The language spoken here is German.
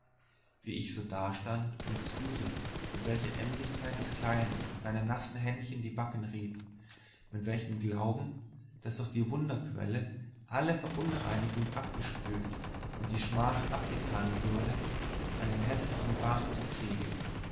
wie ich so dastand und zusah mit welcher emsigkeit das kleine seinen nassen händchen die backen rieb mit welchem glauben daß durch die wunderquelle alle verunreinigung abgespült und die schmach abgetan würde einen häßlichen bart zu kriegen